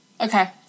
Okay